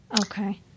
Okay